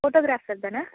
photographer தானே